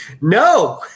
no